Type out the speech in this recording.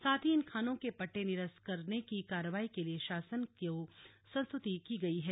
साथ ही इन खानों के पट्टे निरस्त करने की कार्रवाई के लिए शासन को संस्तृति की है